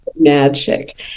magic